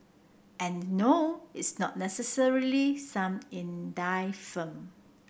and no it's not necessarily some firm